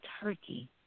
turkey